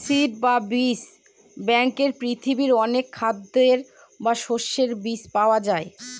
seed বা বীজ ব্যাঙ্কে পৃথিবীর অনেক খাদ্যের বা শস্যের বীজ পাওয়া যায়